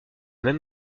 même